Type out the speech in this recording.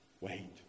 Wait